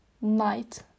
night